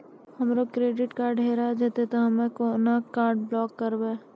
हमरो credit card हेरा जेतै ते हम्मय केना कार्ड ब्लॉक करबै?